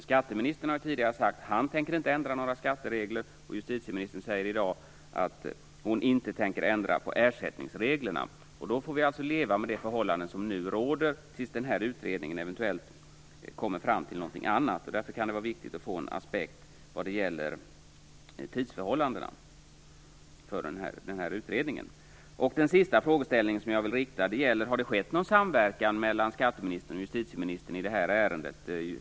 Skatteministern har ju tidigare sagt att han inte tänker ändra några skatteregler, och justitieministern säger i dag att hon inte tänker ändra på ersättningsreglerna. Således får vi leva med nu rådande förhållanden tills utredningen eventuellt kommer fram till något annat. Därför kan det vara viktigt att få en aspekt på tidsförhållandena för den här utredningen. Min sista fråga som jag vill rikta till justitieministern är följande: Har det skett någon samverkan mellan skatteministern och justitieministern i det här ärendet?